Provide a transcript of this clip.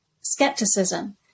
skepticism